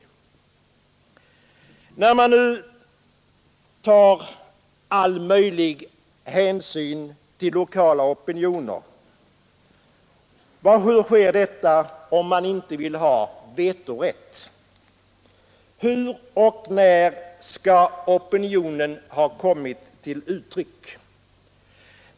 Hur kan man nu ta ”all möjlig hänsyn till lokala opinioner” om man inte vill ha vetorätt? Hur och när skall opinionen ha kommit till uttryck?